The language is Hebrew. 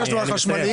ביקשנו על חשמליים.